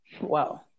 Wow